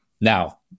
Now